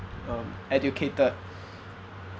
um educated